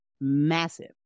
massive